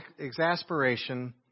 exasperation